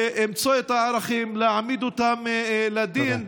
למצוא את האחראים ולהעמיד אותם לדין,